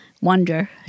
wonder